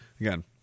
Again